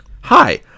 hi